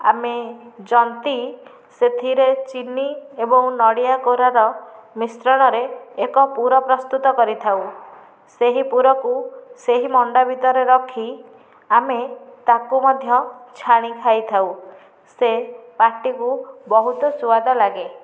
ଆମେ ଯନ୍ତି ସେଥିରେ ଚିନି ଏବଂ ନଡ଼ିଆ କୋରାର ମିଶ୍ରଣରେ ଏକ ପୁର ପ୍ରସ୍ତୁତ କରିଥାଉ ସେହି ପୁରକୁ ସେହି ମଣ୍ଡା ଭିତରେ ରଖି ଆମେ ତାକୁ ମଧ୍ୟ ଛାଣି ଖାଇଥାଉ ସେ ପାଟିକୁ ବହୁତ ସ୍ୱାଦ ଲାଗେ